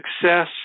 success